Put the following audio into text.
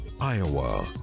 Iowa